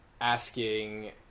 asking